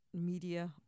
media